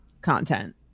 content